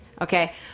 Okay